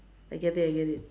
I get it I get it